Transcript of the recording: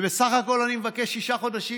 ובסך הכול אני מבקש שישה חודשים.